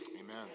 Amen